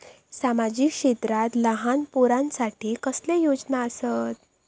सामाजिक क्षेत्रांत लहान पोरानसाठी कसले योजना आसत?